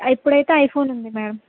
ఇప్పుడైతే ఐఫోన్ ఉంది మేడమ్